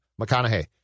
McConaughey